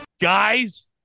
Guys